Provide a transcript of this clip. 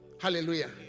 Hallelujah